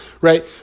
right